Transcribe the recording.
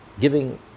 Giving